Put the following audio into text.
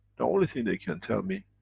the only thing they can tell me,